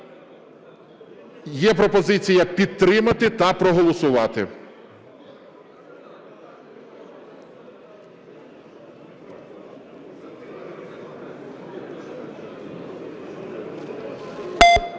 Є пропозиція підтримати та проголосувати.